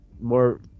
More